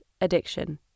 Addiction